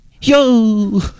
yo